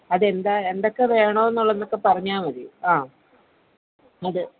അതെന്താണ് എന്തൊക്കെ വേണമെന്നുള്ളത് എന്നൊക്കെ പറഞ്ഞാൽ മതി ആ അത്